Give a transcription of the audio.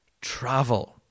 travel